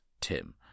Tim